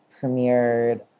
premiered